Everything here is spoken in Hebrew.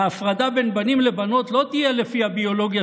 ההפרדה בין בנים לבנות לא תהיה לפי הביולוגיה